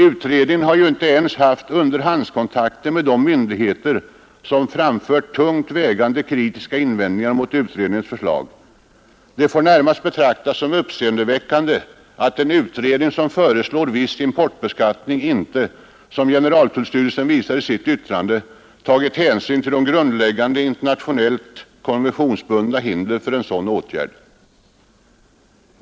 Utredningen har ju inte ens haft underhandskontakter med de myndigheter som framfört tungt vägande kritiska invändningar mot utredningens förslag. Det får närmast betraktas som uppseendeväckande att en utredning som föreslår viss importbeskattning inte — som generaltullstyrelsen visar i sitt yttrande — tagit hänsyn till grundläggande internationellt konventionsbundna hinder för en sådan åtgärd.